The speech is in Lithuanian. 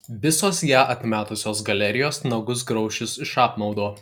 visos ją atmetusios galerijos nagus graušis iš apmaudo